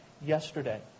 yesterday